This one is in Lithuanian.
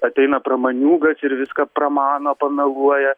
ateina pramaniūgas ir viską pramano pameluoja